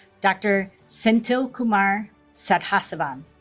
dr. senthilkumar sadhasivam